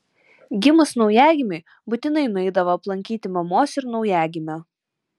gimus naujagimiui būtinai nueidavo aplankyti mamos ir naujagimio